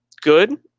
good